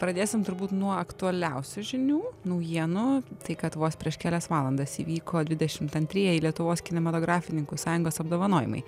pradėsim turbūt nuo aktualiausių žinių naujienų tai kad vos prieš kelias valandas įvyko dvidešimt antrieji lietuvos kinematografininkų sąjungos apdovanojimai